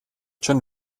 schon